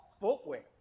footwear